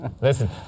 Listen